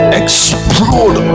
explode